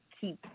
keep